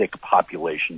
population